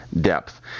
depth